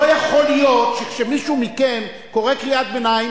לא יכול להיות שכשמישהו מכם קורא קריאת ביניים